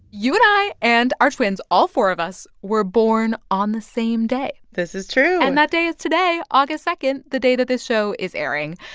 you and i and our twins all four of us were born on the same day this is true and that day is today, august two, the day that this show is airing.